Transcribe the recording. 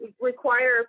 require